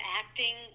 acting